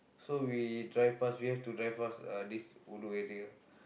so we drive past we have to drive past uh this ulu area